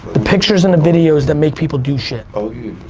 the pictures and the videos that make people do shit. oh